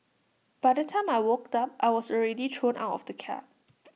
by the time I woke up I was already thrown out of the cab